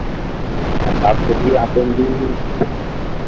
ᱟᱨ certificate ᱨᱮᱭᱟᱜ ᱦᱟᱯᱮᱱ ᱫᱤᱱ